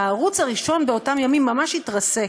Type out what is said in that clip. והערוץ הראשון באותם ימים ממש התרסק.